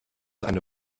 eine